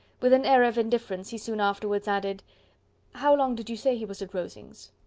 with an air of indifference he soon afterwards added how long did you say he was at rosings?